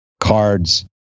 cards